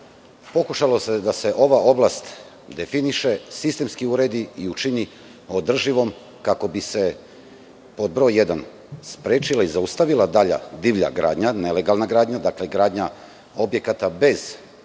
pokušalo da se ova oblast definiše, sistemski uredi i učini održivom, kako bi se sprečila i zaustavila dalja divlja gradnja, nelegalna gradnja, gradnja objekata bez potrebne